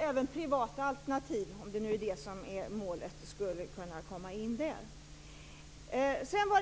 Även privata alternativ skulle alltså kunna komma in, om nu det är målet.